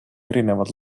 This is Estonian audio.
erinevad